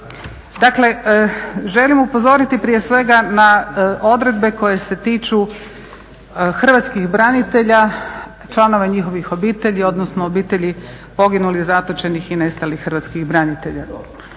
Dakle želim upozoriti prije svega na odredbe koje se tiču hrvatskih branitelja, članova njihovih obitelji, odnosno obitelji poginulih, zatočenih i nestalih hrvatskih branitelja.